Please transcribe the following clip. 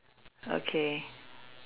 okay